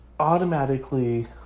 automatically